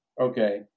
Okay